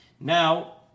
Now